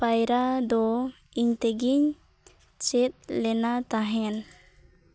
ᱯᱟᱭᱨᱟᱫᱚ ᱤᱧᱛᱮᱜᱮᱧ ᱪᱮᱫᱞᱮᱱᱟ ᱛᱟᱦᱮᱱ